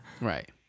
right